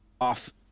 off